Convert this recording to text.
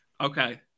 Okay